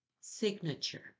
signature